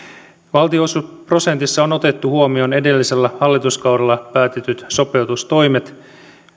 valtionosuusprosentissa on otettu huomioon edellisellä hallituskaudella päätetyt sopeutustoimet